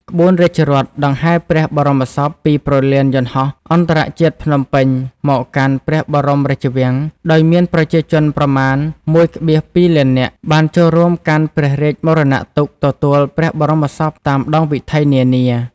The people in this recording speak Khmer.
ក្បួនរាជរថដង្ហែព្រះបរមសពពីព្រលានយន្តហោះអន្តរជាតិភ្នំពេញ មកកាន់ព្រះបរមរាជវាំង ដោយមានប្រជាជនប្រមាណ ១,២ លាននាក់ បានចូលរួមកាន់ព្រះរាជមរណទុក្ខទទួលព្រះបរមសពតាមដងវិថីនានា។